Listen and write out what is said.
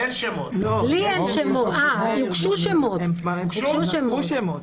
הוגשו שמות.